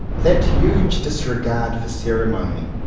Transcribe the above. that huge disregard for ceremony,